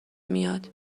میاد